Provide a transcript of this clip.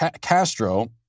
Castro